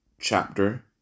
chapter